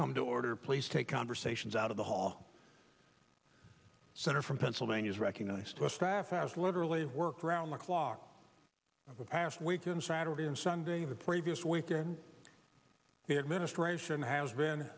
come to order please take conversations out of the hall center from pennsylvania is recognized by staff as literally work around the clock of the past weekend saturday and sunday the previous weekend the administration has been